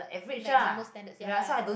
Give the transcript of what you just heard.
like normal standards ya